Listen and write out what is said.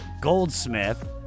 Goldsmith